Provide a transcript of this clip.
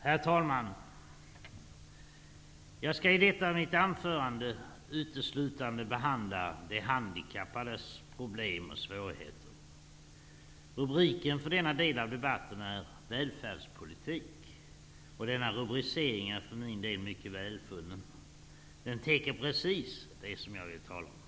Herr talman! Jag skall i detta mitt anförande uteslutande behandla de handikappades problem och svårigheter. Rubriken för denna del av debat ten är Välfärdspolitik och denna rubricering är för min del mycket välfunnen. Den täcker precis det som jag vill tala om.